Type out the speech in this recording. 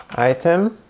item,